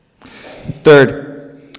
Third